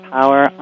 Power